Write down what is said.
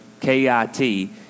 K-I-T